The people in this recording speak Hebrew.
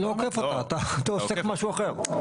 אתה לא עוקף אותם אתה עושה משהו אחר.